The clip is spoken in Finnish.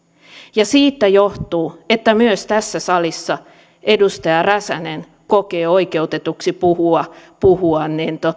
ja siitä johtuu että myös tässä salissa edustaja räsänen kokee oikeutetuksi puhua puhua